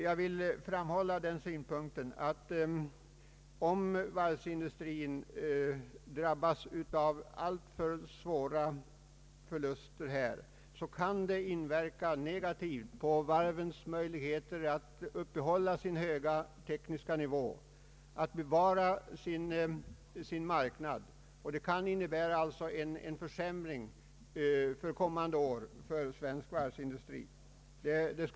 Jag vill emellertid framhålla att om varvsindustrin drabbas av alltför svåra förluster kan det inverka negativt på dess möjligheter att upprätthålla sin höga tekniska nivå och att bevara sin marknad. Det kan innebära en försämring för svensk varvsindustri under kommande år.